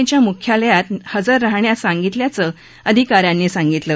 एच्या मुख्यालयात हजर राहाण्यास सांगितल्याचं अधिकाऱ्यांनी सांगितलं